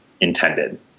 intended